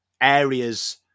areas